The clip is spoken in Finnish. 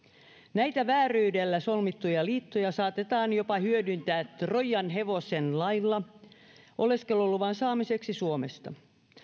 näitä vääryydellä solmittuja liittoja saatetaan jopa hyödyntää troijan hevosen lailla oleskeluluvan saamiseksi suomesta